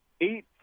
Eight